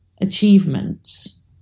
achievements